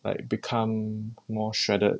like become more shredded